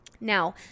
now